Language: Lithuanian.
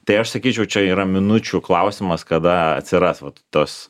tai aš sakyčiau čia yra minučių klausimas kada atsiras vat tos